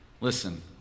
Listen